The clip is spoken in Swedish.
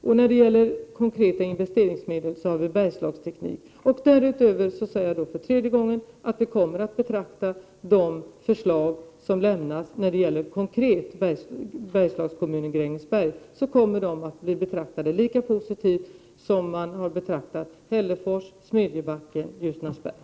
I fråga om konkreta investeringsmedel har vi Bergslagsteknik. För tredje gången säger jag att vi kommer att betrakta de konkreta förslag som lämnas om Bergslagskommunen Grängesberg lika positivt som när det gällde Hällefors, Smedjebacken och Ljusnarsberg.